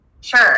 Sure